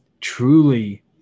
truly